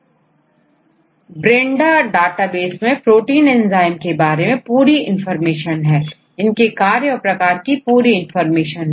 इसके अलावा इसमें आइसोलेशन और प्रिपरेशन के बारे में भी डाटा उपलब्ध है किस तरह यह विभिन्न बीमारियों में देखे जाते हैं और इनकी क्या उपयोगिता है ही मिल जाता है